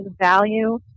value